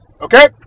Okay